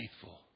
faithful